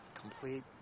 Complete